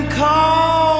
call